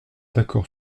d’accord